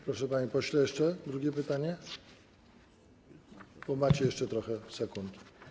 Proszę, panie pośle, jeszcze drugie pytanie, bo macie jeszcze trochę sekund.